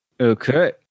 okay